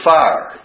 fire